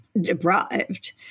deprived